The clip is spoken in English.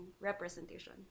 representation